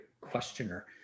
questioner